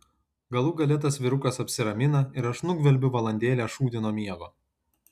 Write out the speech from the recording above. galų gale tas vyrukas apsiramina ir aš nugvelbiu valandėlę šūdino miego